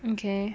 okay